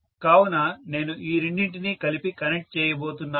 కావున నేను ఈ రెండింటినీ కలిపి కనెక్ట్ చేయబోతున్నాను